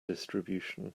distribution